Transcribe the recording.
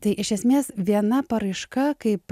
tai iš esmės viena paraiška kaip